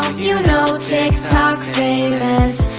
you know, tiktok famous